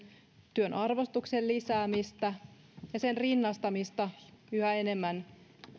työn arvostuksen lisäämistä ja sen rinnastamista yhä enemmän